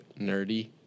nerdy